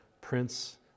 Prince